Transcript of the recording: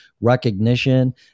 recognition